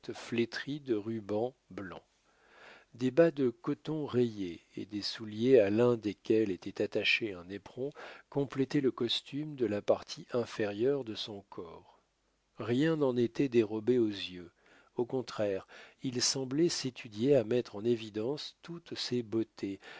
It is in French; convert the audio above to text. flétrie de rubans blancs des bas de coton rayés et des souliers à l'un desquels était attaché un éperon complétaient le costume de la partie inférieure de son corps rien n'en était dérobé aux yeux au contraire il semblait s'étudier à mettre en évidence toutes ses beautés